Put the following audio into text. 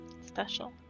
special